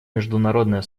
международное